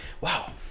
wow